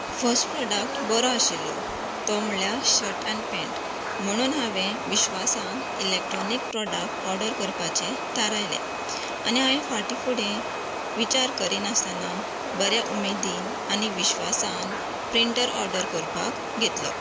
first product बरो आशिल्लो तो म्हळ्यार शर्ट आनी पेंन्ट म्हणून हांवेन विश्वासान इलेक्ट्रोनीक प्रॉडक्ट ऑर्डर करपाचे थारयलें आनी हांवेन फाटी फुडें विचार करिनासतना बरें उमेदीन आनी विश्वासान प्रिंन्टर ऑर्डर करपाक घेतलो